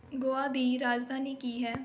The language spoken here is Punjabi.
ਗੋਆ ਦੀ ਰਾਜਧਾਨੀ ਕੀ ਹੈ